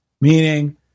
meaning